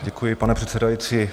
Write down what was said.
Děkuji, pane předsedající.